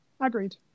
agreed